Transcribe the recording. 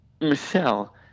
Michelle